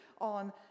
on